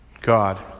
God